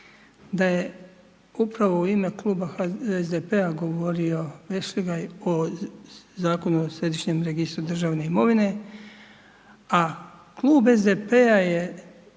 da je upravo u ime Kluba SDP-a govorio Vešligaj o Zakonu o središnjem registru državne imovine, a Klub SDP-a je